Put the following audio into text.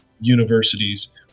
universities